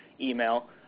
email